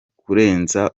kurenza